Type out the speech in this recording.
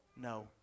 No